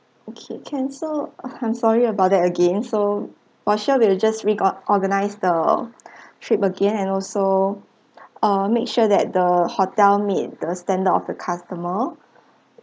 okay can so I'm sorry about that again so for sure we'll just reor~ organize the trip again and also uh make sure that the hotel meet the standard of the customer